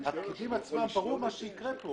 ברור מה שיקרה פה.